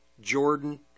Jordan